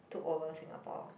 took over Singapore